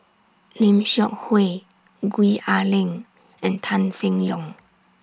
Lim Seok Hui Gwee Ah Leng and Tan Seng Yong